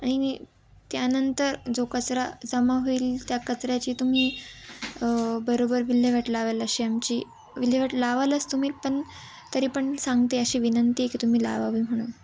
आणि मी त्यानंतर जो कचरा जमा होईल त्या कचऱ्याची तुम्ही बरोबर विल्हेवाट लावाल अशी आमची विल्हेवाट लावालच तुम्ही पण तरी पण सांगते अशी विनंती की तुम्ही लावावी म्हणून